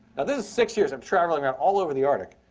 ah this is six years of traveling around all over the arctic.